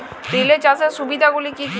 Relay চাষের সুবিধা গুলি কি কি?